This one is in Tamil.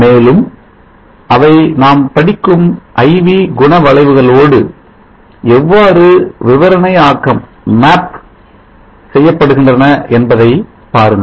மேலும் அவை நாம் படிக்கும் I V குணவளைவுகளோடு எவ்வாறு விவரணை ஆக்கம் செய்யப்படுகின்றன என்பதை பாருங்கள்